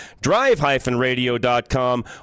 drive-radio.com